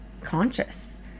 conscious